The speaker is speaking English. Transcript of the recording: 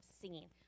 singing